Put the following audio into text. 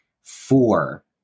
four